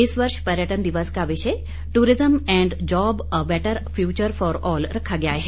इस वर्ष पर्यटन दिवस का विषय tourism and job a better future for all रखा गया है